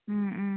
ꯎꯝ ꯎꯝ